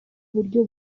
buryo